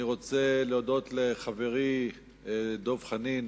אני רוצה להודות לחברי דב חנין,